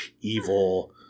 evil